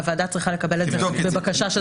והוועדה צריכה לקבל את זה כבקשה של